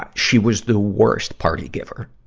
ah she was the worst party giver.